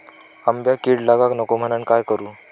आंब्यक कीड लागाक नको म्हनान काय करू?